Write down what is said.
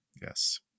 Yes